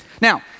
Now